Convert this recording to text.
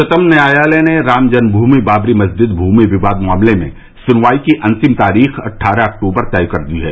उच्चतम न्यायालय ने राम जन्मभूमि बाबरी मस्जिद भूमि विवाद मामले में सुनवाई की अंतिम तारीख अट्ठारह अक्टूबर तय कर दी है